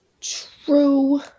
true